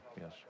yes